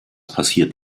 passiert